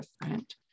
different